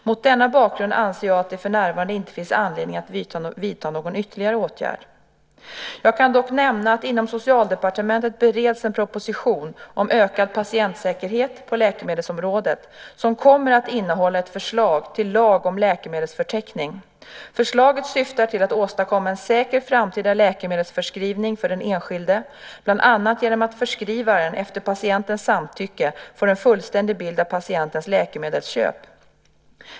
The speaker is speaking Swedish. Mot denna bakgrund anser jag att det för närvarande inte finns anledning att vidta någon ytterligare åtgärd. Jag kan dock nämna att inom Socialdepartementet bereds en proposition om ökad patientsäkerhet på läkemedelsområdet som kommer att innehålla ett förslag till lag om läkemedelsförteckning. Förslaget syftar till att åstadkomma en säker framtida läkemedelsförskrivning för den enskilde, bland annat genom att förskrivaren, efter patientens samtycke, får en fullständig bild av patientens läkemedelsköp.